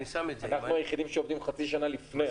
אנחנו היחידים שעובדים חצי שנה לפני,